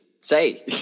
say